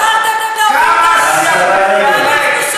התרגלתם להוביל את האנשים,